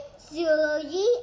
Zoology